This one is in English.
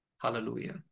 Hallelujah